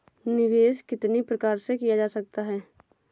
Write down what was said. निवेश कितनी प्रकार से किया जा सकता है?